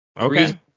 Okay